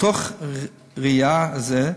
מתוך ראייה זו,